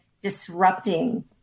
disrupting